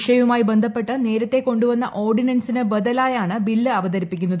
വിഷയവുമായി ബന്ധപ്പെട്ട് നേരത്തെ കൊണ്ടുവന്ന ഓർഡിനൻസിന് ബദലായാണ് ബിൽ അവതരിപ്പിക്കുന്നത്